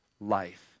life